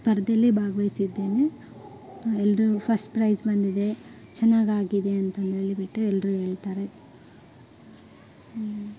ಸ್ಪರ್ಧೆಯಲ್ಲಿ ಭಾಗ್ವಹಿಸಿದ್ದೇನೆ ಎಲ್ಲರೂ ಫಸ್ಟ್ ಪ್ರೈಸ್ ಬಂದಿದೆ ಚೆನ್ನಾಗಾಗಿದೆ ಅಂತಂದೇಳಿ ಬಿಟ್ಟು ಎಲ್ಲರೂ ಹೇಳ್ತಾರೆ ಹ್ಞೂ